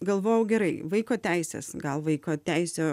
galvojau gerai vaiko teisės gal vaiko teisių